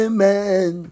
Amen